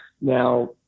now